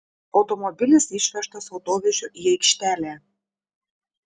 automobilis išvežtas autovežiu į aikštelę